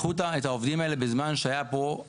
שלקחו את העובדים האלה בזמן שהייתה כאן